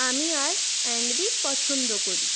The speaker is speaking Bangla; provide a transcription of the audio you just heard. আমি আর অ্যান্ড বি পছন্দ করি